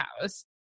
house